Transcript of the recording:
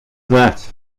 that